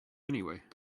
anyway